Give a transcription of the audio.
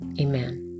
amen